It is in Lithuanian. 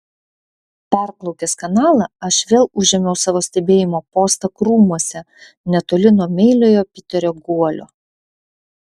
perplaukęs kanalą aš vėl užėmiau savo stebėjimo postą krūmuose netoli nuo meiliojo piterio guolio